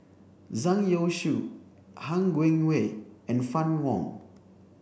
Zhang Youshuo Han Guangwei and Fann Wong